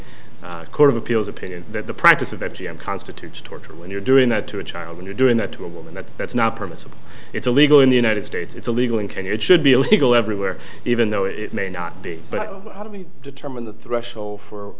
court of appeals opinion that the practice of f p m constitutes torture when you're doing that to a child when you're doing that to a woman and that's not permissible it's illegal in the united states it's illegal in kenya it should be illegal everywhere even though it may not be but how do we determine the threshold for